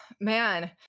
Man